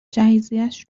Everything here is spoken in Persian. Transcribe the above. جهیزیهش